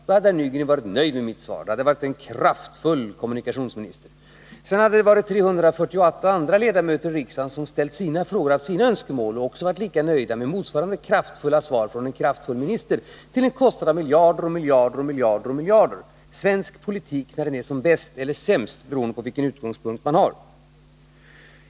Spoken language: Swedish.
Då hade herr Nygren varit nöjd med mitt svar, då hade det varit en kraftfull kommunikationsminister. Sedan hade 348 andra ledamöter i riksdagen ställt sina frågor och haft sina önskemål, och de hade varit lika nöjda med motsvarande kraftfulla svar från en kraftfull minister — till en kostnad av miljarder och miljarder och miljarder. Svensk politik när den är som bäst eller sämst, beroende på vilken utgångspunkt man har.